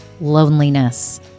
loneliness